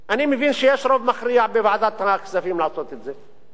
אני מבין שיש רוב מכריע בוועדת הכספים לעשות את זה.